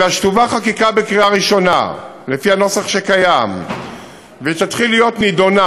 אלא שתובא חקיקה לקריאה ראשונה לפי הנוסח שקיים ותתחיל להיות נדונה,